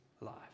life